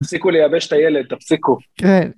‫תפסיקו לייבש את הילד, תפסיקו. ‫-כן.